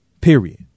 period